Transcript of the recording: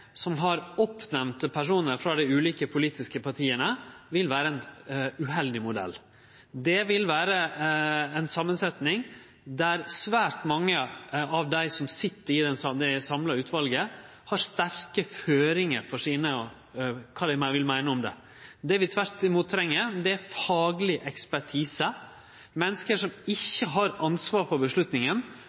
som har oppnemnde personar frå dei ulike politiske partia, vil vere ein uheldig modell. Det vil vere ein samansetnad der svært mange av dei som sit i det samla utvalet, har sterke føringar for kva dei vil meine. Det vi tvert imot treng, er fagleg ekspertise, menneske som ikkje har ansvar for